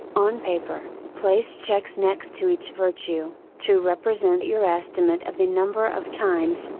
on paper, place checks next to each virtue, to represent your estimate of the number of times,